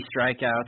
strikeouts